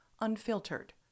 Unfiltered